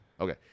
Okay